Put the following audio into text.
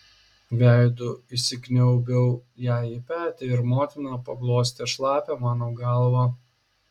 veidu įsikniaubiau jai į petį ir motina paglostė šlapią mano galvą